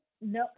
No